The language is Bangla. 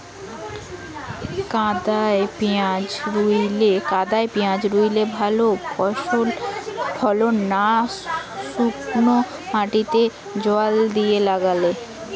কাদায় পেঁয়াজ রুইলে ভালো ফলন না শুক্নো মাটিতে জল দিয়ে লাগালে?